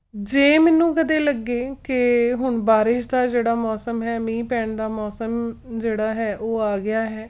ਜੇ ਮੈਨੂੰ ਕਦੇ ਲੱਗੇ ਕਿ ਹੁਣ ਬਾਰਿਸ਼ ਦਾ ਜਿਹੜਾ ਮੌਸਮ ਹੈ ਮੀਂਹ ਪੈਣ ਦਾ ਮੌਸਮ ਜਿਹੜਾ ਹੈ ਉਹ ਆ ਗਿਆ ਹੈ